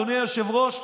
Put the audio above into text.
אדוני היושב-ראש.